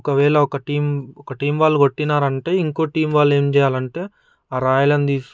ఒకవేళ ఒక టీం ఒక టీం వాళ్లు కొట్టినారంటే ఇంకో టీం వాళ్ళు ఏం చేయాలంటే ఆ రాయులను తీసుకొని